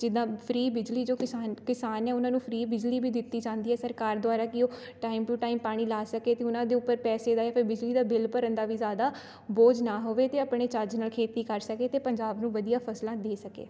ਜਿੱਦਾਂ ਫਰੀ ਬਿਜਲੀ ਜੋ ਕਿਸਾਨ ਕਿਸਾਨ ਨੇ ਉਹਨਾਂ ਨੂੰ ਫਰੀ ਬਿਜਲੀ ਵੀ ਦਿੱਤੀ ਜਾਂਦੀ ਹੈ ਸਰਕਾਰ ਦੁਆਰਾ ਕਿ ਉਹ ਟਾਈਮ ਟੂ ਟਾਈਮ ਪਾਣੀ ਲਾ ਸਕੇ ਅਤੇ ਉਹਨਾਂ ਦੇ ਉੱਪਰ ਪੈਸੇ ਦਾ ਜਾਂ ਫਿਰ ਬਿਜਲੀ ਦਾ ਬਿੱਲ ਭਰਨ ਦਾ ਵੀ ਜ਼ਿਆਦਾ ਬੋਝ ਨਾ ਹੋਵੇ ਅਤੇ ਆਪਣੇ ਚੱਜ ਨਾਲ ਖੇਤੀ ਕਰ ਸਕੇ ਅਤੇ ਪੰਜਾਬ ਨੂੰ ਵਧੀਆ ਫਸਲਾਂ ਦੇ ਸਕੇ